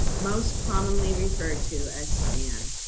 most commonly referred to as span.